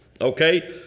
Okay